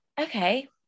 okay